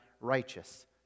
righteous